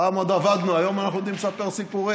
פעם עוד עבדנו, היום אנחנו יודעים לספר סיפורים.